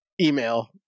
email